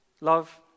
love